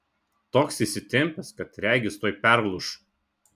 toks įsitempęs kad regis tuoj perlūš